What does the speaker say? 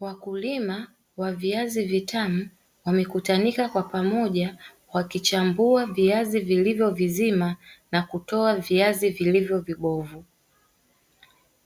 Wakulima wa viazi vitamu wamekutanika kwa pamoja wakichambua viazi vilivyo vizima na kutoa viazi vilivyo vibovu,